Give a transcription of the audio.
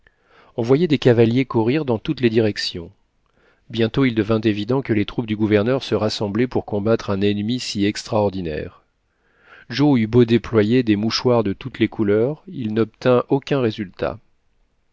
on voyait des cavaliers courir dans toutes les directions bientôt il devint évident que les troupes du gouverneur se rassemblaient pour combattre un ennemi si extraordinaire joe eut beau déployer des mouchoirs de toutes les couleurs il n'obtint aucun résultat